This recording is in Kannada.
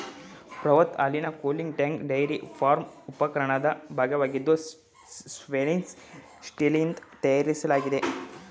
ಬೃಹತ್ ಹಾಲಿನ ಕೂಲಿಂಗ್ ಟ್ಯಾಂಕ್ ಡೈರಿ ಫಾರ್ಮ್ ಉಪಕರಣದ ಭಾಗವಾಗಿದ್ದು ಸ್ಟೇನ್ಲೆಸ್ ಸ್ಟೀಲ್ನಿಂದ ತಯಾರಿಸಲಾಗ್ತದೆ